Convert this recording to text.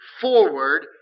forward